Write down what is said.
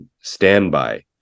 standby